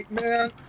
man